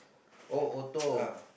oh auto